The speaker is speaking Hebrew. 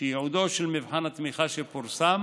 שייעודו של מבחן התמיכה שפורסם